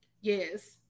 Yes